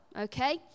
okay